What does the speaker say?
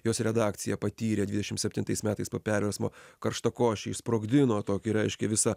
jos redakcija patyrė dvidešim septintais metais po perversmo karštakošiai išsprogdino tokį reiškia visą